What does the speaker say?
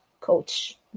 Coach